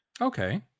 Okay